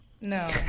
No